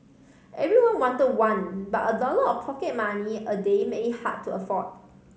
everyone want one but a dollar or pocket money a day made it hard to afford